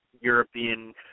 European